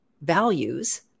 values